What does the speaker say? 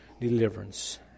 deliverance